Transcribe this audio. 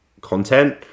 content